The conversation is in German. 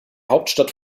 hauptstadt